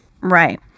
Right